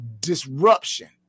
disruption